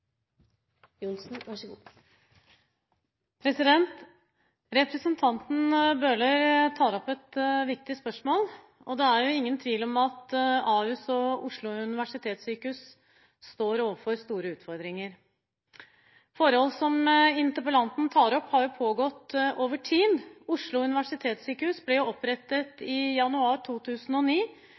befolkningsveksten er så formidabel, mens i mange lokalsykehusområder står vi overfor en helt motsatt utfordring som også skal følge oss videre. Representanten Bøhler tar opp et viktig spørsmål. Det er ingen tvil om at Ahus og Oslo universitetssykehus står overfor store utfordringer. Forhold som interpellanten tar opp, har pågått over tid. Oslo universitetssykehus